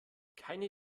keine